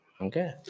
Okay